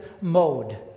mode